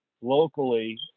locally